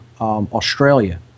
Australia